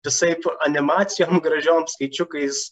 visaip animacijom gražiom skaičiukais